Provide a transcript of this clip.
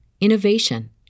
innovation